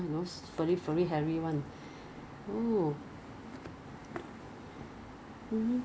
but they can sell exactly the same thing like exactly the same thing lah and a more cheaper cheaper rate leh